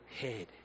head